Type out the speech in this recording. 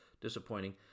disappointing